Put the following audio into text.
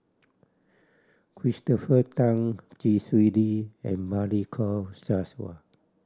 Christopher Tan Chee Swee Lee and Balli Kaur Jaswal